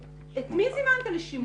את מי זימנת לשימוע?